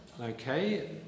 okay